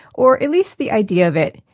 or at least the idea of it.